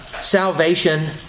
salvation